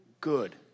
good